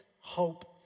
hope